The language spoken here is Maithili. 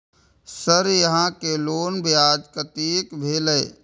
सर यहां के लोन ब्याज कतेक भेलेय?